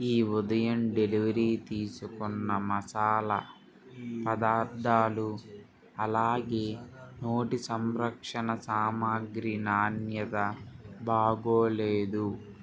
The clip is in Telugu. ఈ ఉదయం డెలివరీ తీసుకున్న మసాలా పదార్థాలు అలాగే నోటి సంరక్షణ సామాగ్రి నాణ్యత బాగాలేదు